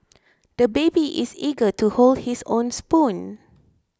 the baby is eager to hold his own spoon